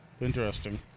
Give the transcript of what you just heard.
Interesting